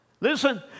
Listen